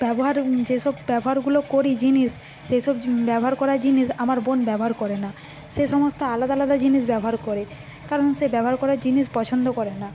ব্যবহার যে সব ব্যবহারগুলো করি জিনিস সেসব ব্যবহার করা জিনিস আমার বোন ব্যবহার করে না সে সমস্ত আলাদা আলাদা জিনিস ব্যবহার করে কারণ সে ব্যবহার করা জিনিস পছন্দ করে না